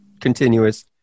continuous